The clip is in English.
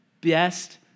best